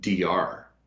DR